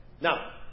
Now